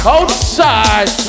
Outside